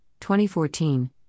2014